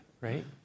right